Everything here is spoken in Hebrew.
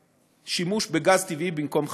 לשימוש בגז טבעי במקום חשמל.